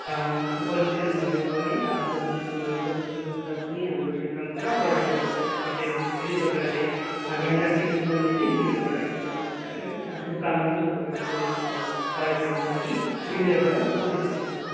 जस्तै पोलुसन भयो है प्रदूषण भयो प्रदूषणको स्तर पनि हाम्रो क्षेत्रमा पुरा बढेर गएको छ यस विषय माथि पनि तपाईँहरूले ध्यान राखि दिनुपर्ने चाहिँ मेरोबाट एकदम तपाईँहरूकोलागि शभकामना पनि छ तपाईँहरूको कार्यक्रमको लागि अनि मेरोबाट पूर्ण सहयोग छ